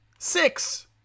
Six